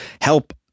help